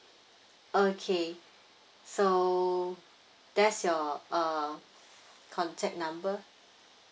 okay so that's your uh contact number